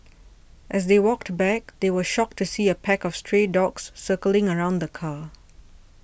as they walked back they were shocked to see a pack of stray dogs circling around the car